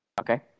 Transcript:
Okay